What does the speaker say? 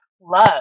love